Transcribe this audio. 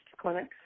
clinics